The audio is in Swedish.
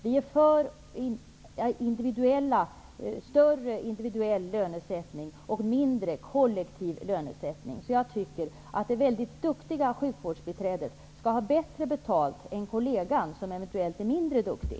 Vi vill ha mer av individuell lönesättning och mindre av kollektiv lönesättning. Jag tycker att det mycket duktiga sjukvårdsbiträdet skall ha bättre betalt än en kollega som kanske är mindre duktig.